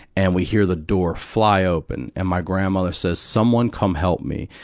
and we hear the door fly open. and my grandmother says, someone come help me.